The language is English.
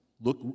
look